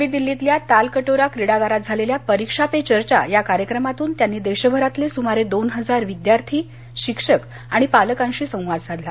नवी दिल्लीतल्या तालकटोरा क्रीडागारात झालेल्या परीक्षा पे चर्चा या कार्यक्रमातून त्यांनी देशभरातले सुमारे दोन हजार विद्यार्थी शिक्षक आणि पालकांशी संवाद साधला